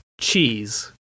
Cheese